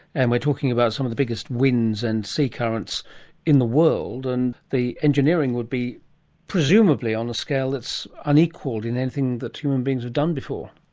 and we're talking about some of the biggest winds and sea currents in the world, and the engineering would be presumably on a scale that's unequalled in anything that human beings have done before.